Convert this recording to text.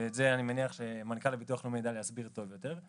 ואני מניח שמנכ"ל הביטוח הלאומי יידע להסביר את זה טוב יותר,